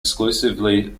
exclusively